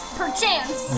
perchance